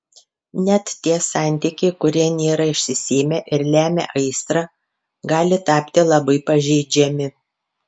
net tie santykiai kurie nėra išsisėmę ir lemia aistrą gali tapti labai pažeidžiami